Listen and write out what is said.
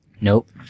Nope